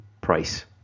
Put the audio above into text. price